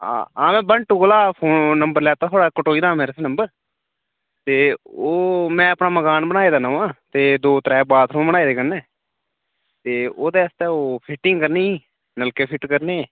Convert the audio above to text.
हां में बांटू कोला फोन नंबर लैता थुआढ़ा कटोई दा हा मेरे कश नंबर ते ओह् में अपना मकान बनाए दा नमां ते दो त्रै बाथरूम बनाए दे कन्नै ते ओह्दे आस्तै ओह् फीटिंग करनी ही नलके फिट करने हे